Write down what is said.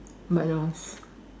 but